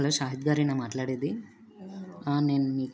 hello Shahid గారేనా మాట్లాడేది ఆ నేను మీ